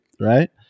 right